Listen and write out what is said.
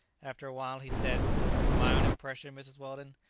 after a while he said my own impression, mrs. weldon,